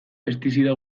pestizida